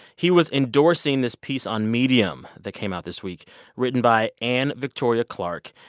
he was endorsing this piece on medium that came out this week written by anne victoria clarke.